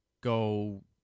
go